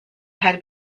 had